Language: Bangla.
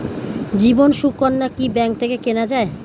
জীবন সুকন্যা কি ব্যাংক থেকে কেনা যায়?